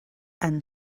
end